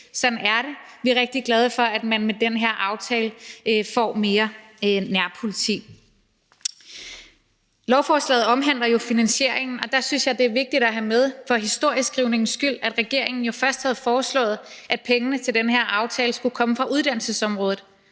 sådan er det. Vi er rigtig glade for, at man med den her aftale får mere nærpoliti. Lovforslaget omhandler jo finansieringen, og der synes jeg, det er vigtigt at have med for historieskrivningens skyld, at regeringen jo først havde foreslået, at pengene til den her aftale skulle komme fra uddannelsesområdet.